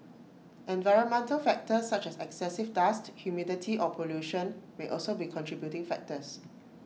environmental factors such as excessive dust humidity or pollution may also be contributing factors